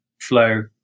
flow